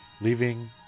leaving